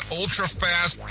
ultra-fast